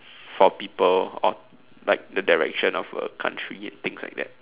for people or like the direction of a country and things like that